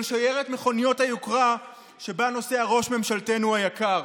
שיירת מכוניות היוקרה שבה נוסע ראש ממשלתנו היקר.